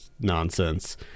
nonsense